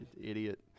idiot